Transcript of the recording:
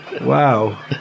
wow